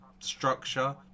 structure